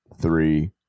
three